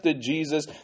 Jesus